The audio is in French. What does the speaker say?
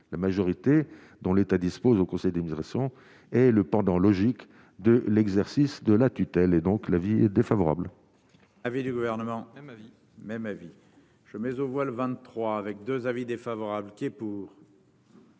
la majorité dont l'État dispose au Conseil des et le pendant logique de l'exercice de la tutelle et donc l'avis défavorable.